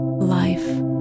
life